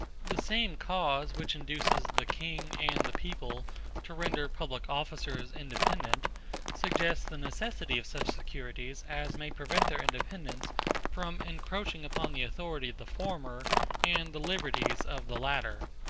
the same cause which induces the king and the people to render public officers independent suggests the necessity of such securities as may prevent their independence from encroaching upon the authority of the former and the liberties of the latter.